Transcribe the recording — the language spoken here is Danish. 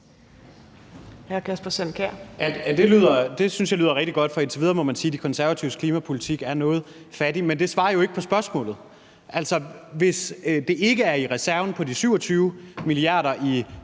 Det synes jeg lyder rigtig godt, for indtil videre må man sige, at De Konservatives klimapolitik er noget fattig, men det var jo ikke et svar på spørgsmålet. Altså, hvis det i hr. Søren Pape Poulsens